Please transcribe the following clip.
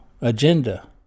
agenda